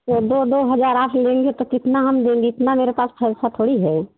तो दो दो हज़ार आप लेंगे तो कितना हम देंगे इतना मेरे पास पैसा थोड़ी है